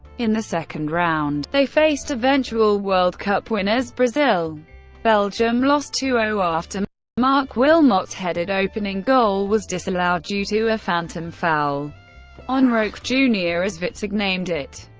in the second round, they faced eventual world cup winners brazil belgium lost two zero after marc wilmots' headed opening goal was disallowed due to a phantom foul on roque junior, as witzig named it.